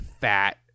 fat